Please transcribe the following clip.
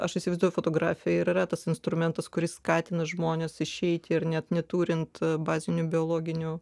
aš įsivaizduoju fotografija yra tas instrumentas kuris skatina žmones išeiti ir net neturint bazinių biologinių